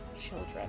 children